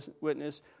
witness